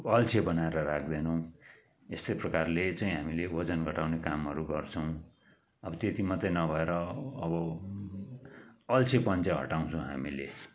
अल्छे बनाएर राख्दैनौँ यस्तै प्रकारले चाहिँ हामीले ओजन घटाउने कामहरू गर्छौँ अब त्यति मात्रै नभएर अब अल्छेपन चाहिँ हटाउछौँ हामीले